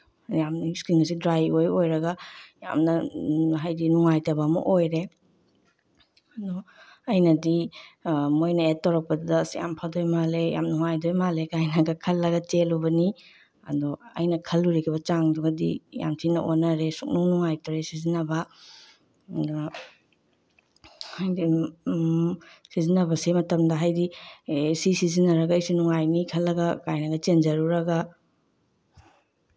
ꯌꯥꯝ ꯏꯁꯀꯤꯟꯒꯁꯦ ꯗ꯭ꯔꯥꯏ ꯏꯑꯣꯏ ꯑꯣꯏꯔꯒ ꯌꯥꯝꯅ ꯍꯥꯏꯗꯤ ꯅꯨꯡꯉꯥꯏꯇꯕ ꯑꯃ ꯑꯣꯏꯔꯦ ꯑꯗꯣ ꯑꯩꯅꯗꯤ ꯃꯣꯏꯅ ꯑꯦꯠ ꯇꯧꯔꯛꯄꯗꯨꯗ ꯑꯁ ꯌꯥꯝ ꯐꯗꯣꯏ ꯃꯥꯜꯂꯦ ꯌꯥꯝ ꯅꯨꯡꯉꯥꯏꯗꯣꯏ ꯃꯥꯜꯂꯦ ꯀꯥꯏꯅꯒ ꯈꯜꯂꯒ ꯆꯦꯜꯂꯨꯕꯅꯤ ꯑꯗꯣ ꯑꯩꯅ ꯈꯜꯂꯨꯔꯤꯒꯕ ꯆꯥꯡꯗꯨꯒꯗꯤ ꯌꯥꯝ ꯊꯤꯅ ꯑꯣꯟꯅꯔꯦ ꯁꯨꯡꯅꯨꯡ ꯅꯨꯡꯉꯥꯏꯇ꯭ꯔꯦ ꯁꯤꯖꯤꯟꯅꯕ ꯑꯗ ꯍꯥꯏꯗꯤ ꯁꯤꯖꯤꯟꯅꯕꯁꯦ ꯃꯇꯝꯗ ꯍꯥꯏꯗꯤ ꯑꯦ ꯁꯤꯖꯤꯟꯅꯔꯒ ꯑꯩꯁꯨ ꯅꯨꯡꯉꯥꯏꯅꯤ ꯈꯜꯂꯒ ꯀꯥꯏꯅꯒ ꯆꯦꯟꯖꯔꯨꯔꯒ